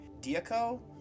Diaco